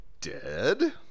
dead